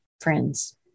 friends